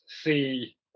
see